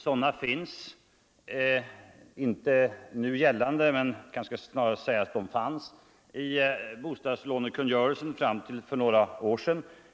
Några nu gällande sådana finns inte. Men det fanns i bostadslånekungörelsen fram till för några år sedan.